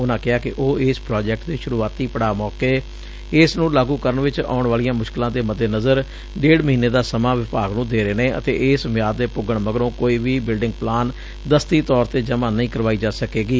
ਉਨਾਂ ਕਿਹਾ ਕਿ ਉਹ ਇਸ ਪ੍ਰਾਜੈਕਟ ਦੇ ਸ਼ੁਰੁਆਤੀ ਪੜਾਅ ਮੌਕੈ ਇਸ ਨੰ ਲਾਗੁ ਕਰਨ ਵਿੱਚ ਆਉਣ ਵਾਲੀਆ ਮੁਸਕਿਲਾ ਦੇ ਮੱਦੇਨਜ਼ਰ ਡੇਢ ਮਹੀਨੇ ਦਾ ਸਮਾ ਵਿਭਾਗ ਨੰ ਦੇ ਰਹੇ ਨੇ ਅਤੇ ਇਸ ਮਿਆਦ ਦੇ ਪੁੱਗਣ ਮਗਰੋਂ ਕੋਈ ਵੀ ਬਿਲਡਿੰਗ ਪਲਾਨ ਦਸਤੀ ਤੌਰ ਤੇ ਜਮਾਂ ਨਹੀਂ ਕਰਵਾਈ ਜਾ ਸਕੇਗੀ